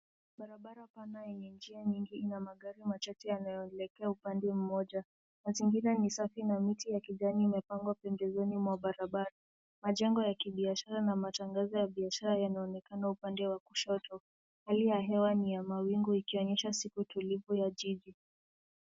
Barabara pana yenye njia nyingi ina magari machache yanayoelekea upande mmoja. Mazingira ni safi na mti ya kijani imepandwa pembezoni mwa barabara. Majengo ya kibiashara na matangazo ya biashara yanaonekana upande wa kushoto. Hali ya hewa ni ya mawingu, ikionyesha siku tulivu ya jiji.